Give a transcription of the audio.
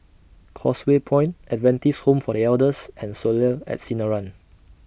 Causeway Point Adventist Home For The Elders and Soleil At Sinaran